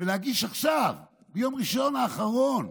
ולהגיש עכשיו, ביום ראשון האחרון,